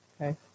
Okay